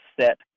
set